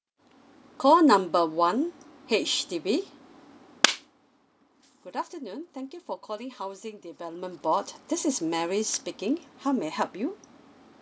call number one H_D_B good afternoon thank you for calling housing development board this is mary speaking how may I help you